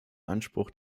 anspruch